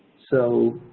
so,